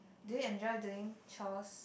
do you enjoy doing chores